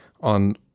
on